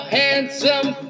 handsome